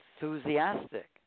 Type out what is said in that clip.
enthusiastic